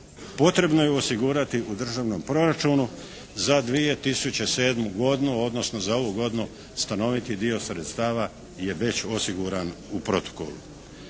potrebno je osigurati u državnom proračunu za 2007. godinu, odnosno za ovu godinu stanoviti dio sredstava je već osiguran u protokoli.